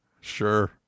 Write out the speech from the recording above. Sure